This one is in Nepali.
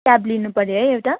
क्याब लिनुपऱ्यो है एउटा